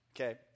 Okay